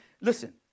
listen